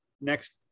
next